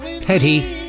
petty